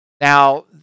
Now